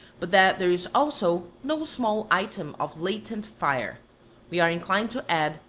but that there is also no small item of latent fire we are inclined to add,